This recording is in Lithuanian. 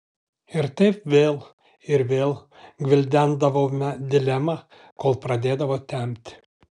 ir taip vėl ir vėl gvildendavome dilemą kol pradėdavo temti